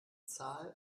zahl